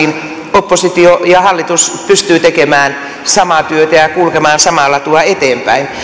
oppositio ja hallitus pystyvät tekemään samaa työtä ja kulkemaan samaa latua eteenpäin